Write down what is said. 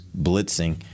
blitzing –